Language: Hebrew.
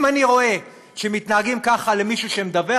אם אני רואה שמתנהגים ככה למישהו שמדווח,